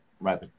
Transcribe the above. right